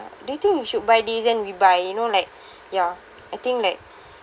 do you think you should buy this then we buy you know like ya I think like